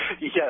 Yes